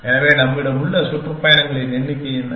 எனவே நம்மிடம் உள்ள சுற்றுப்பயணங்களின் எண்ணிக்கை என்ன